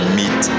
meet